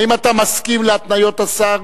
האם אתה מסכים להתניות השר?